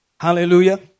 Hallelujah